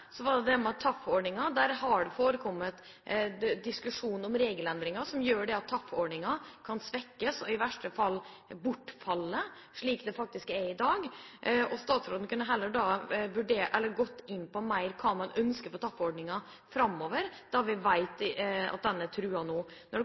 har det forekommet diskusjon om regelendringer som gjør at TAF-ordningen kan svekkes og i verste fall vil bortfalle, slik det faktisk er i dag. Statsråden kunne heller gått mer inn på hva man ønsker for TAF-ordningen framover, da vi